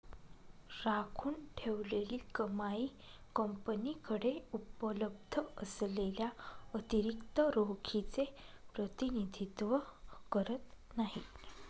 राखून ठेवलेली कमाई कंपनीकडे उपलब्ध असलेल्या अतिरिक्त रोखीचे प्रतिनिधित्व करत नाही